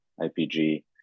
IPG